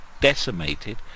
decimated